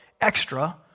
extra